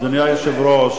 אדוני היושב-ראש,